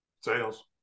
Sales